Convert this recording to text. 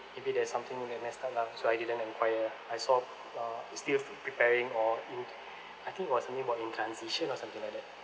maybe there's something they messed up lah so I didn't enquire I saw uh it still pre~ preparing or in I think it was something about in transition or something like that